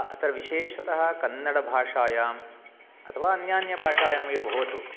अत्र विशेषतः कन्नडभाषायाम् अथवा अन्यान्यभाषायाम् एव भवतु